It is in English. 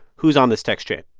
who's on this text chain?